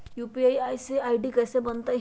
UPI के ID कैसे बनतई?